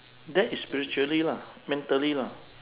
that is spiritually lah mentally lah